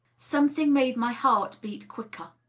something made my heart beat quicker.